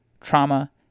trauma